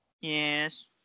Yes